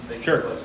Sure